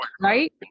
right